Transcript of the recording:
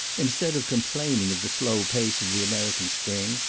instead of complaining of the slow pace of the american spring,